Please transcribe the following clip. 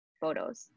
photos